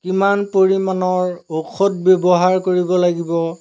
কিমান পৰিমাণৰ ঔষধ ব্যৱহাৰ কৰিব লাগিব